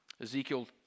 Ezekiel